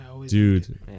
Dude